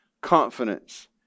Confidence